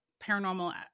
paranormal